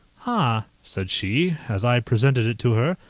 ah, said she, as i presented it to her,